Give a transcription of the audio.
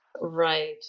Right